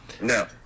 No